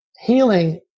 Healing